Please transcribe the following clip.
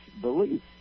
belief